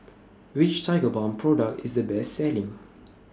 Which Tigerbalm Product IS The Best Selling